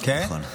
כן?